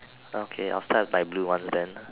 okay I'll start with my blue ones then